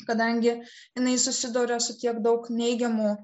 kadangi jinai susiduria su tiek daug neigiamų